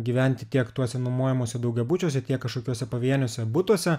gyventi tiek tuose nuomojamuose daugiabučiuose tiek kažkokiuose pavieniuose butuose